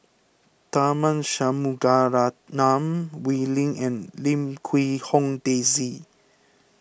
Tharman Shanmugaratnam Wee Lin and Lim Quee Hong Daisy